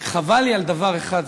רק חבל לי על דבר אחד,